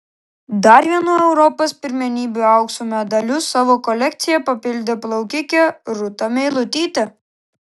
dar vienu europos pirmenybių aukso medaliu savo kolekciją papildė plaukikė rūta meilutytė